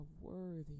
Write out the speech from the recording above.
worthy